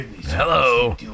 Hello